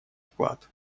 вклад